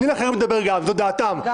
מה זה קשור אופוזיציה?